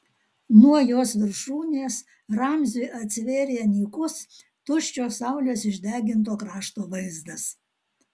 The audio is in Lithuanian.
nuo jos viršūnės ramziui atsivėrė nykus tuščio saulės išdeginto krašto vaizdas